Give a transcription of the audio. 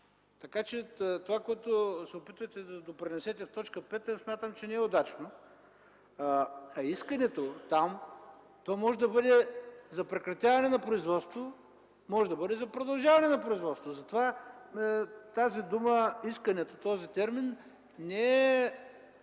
посока. Това, което се опитвате да допринесете в т. 5, смятам, че не е удачно. Искането там може да бъде за прекратяване на производство, може да бъде за продължаване на производство. Затова този термин „искането” не е